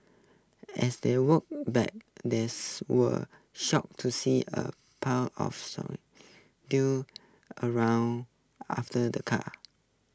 as they walked back these were shocked to see A pack of some due around after the car